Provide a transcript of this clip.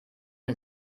and